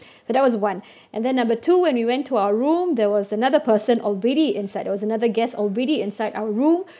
so that was one and then number two when we went to our room there was another person already inside there was another guest already inside our room